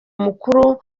mukuru